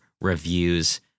reviews